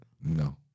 No